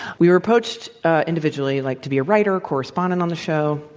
we were approached individually like to be a writer, correspondent on the show,